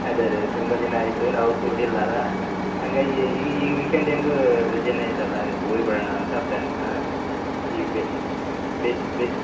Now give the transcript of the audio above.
ಅದೆ ಅದೆ ಅದೇ ತುಂಬ ದಿನ ಆಯಿತು ನಾವು ಕೂಡಿಲ್ಲ ಅಲ್ಲಾ ಹಂಗಾಗಿ ಈ ಈ ವೀಕೆಂಡ್ ಹೆಂಗೂ ರಜೆ ಇದೆ ಅಲ್ಲಾ ಮತ್ತೆ ಹೋಯಿ ಬರೋಣ ಅಂತ ಪ್ಲ್ಯಾನ್ ಹಾಂ ಈ ಬೆಸ್ ಬೇಸ್ಗೆ ಬೇಸ್ಗೆ